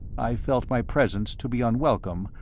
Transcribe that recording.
i felt my presence to be unwelcome,